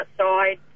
outside